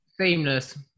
seamless